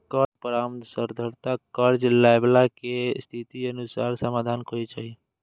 कर्ज परामर्शदाता कर्ज लैबला के स्थितिक अनुसार समाधान खोजै छै